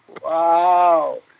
Wow